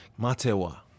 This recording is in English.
Matewa